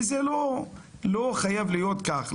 וזה לא חייב להיות כך.